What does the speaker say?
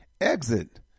exit